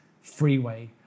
freeway